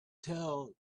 tell